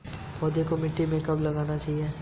पौधे को मिट्टी में कब लगाना चाहिए?